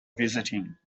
visiting